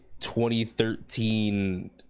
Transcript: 2013